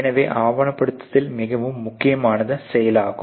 எனவே ஆவணப்படுத்துதல் மிகவும் முக்கியமான செயலாகும்